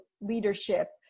leadership